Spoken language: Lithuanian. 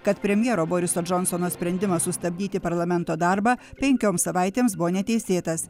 kad premjero boriso džonsono sprendimas sustabdyti parlamento darbą penkioms savaitėms buvo neteisėtas